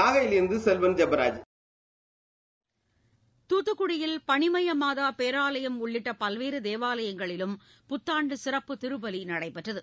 நாகையிலிருந்து செல்வன் ஜெபராஜ் தூத்துக்குடியில் பனிமய மாதா பேராலயம் உள்ளிட்ட பல்வேறு தேவாலயங்களிலும் புத்தாண்டு சிறப்பு திருப்பலி நடைபெற்றது